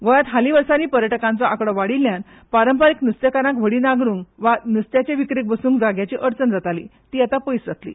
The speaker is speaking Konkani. गोंयात हाली वर्सानी पर्यटकांचो आंकडो वाडील्यान पारंपारीक न्स्तेकारांक व्हडी नागरुंक वा नुस्त्याचे विक्रेक बसूंक जाग्यांची अडचण जाताली ती आता पयस जातली